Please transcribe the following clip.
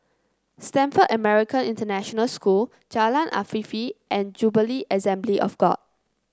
Stamford American International School Jalan Afifi and Jubilee Assembly of God